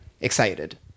excited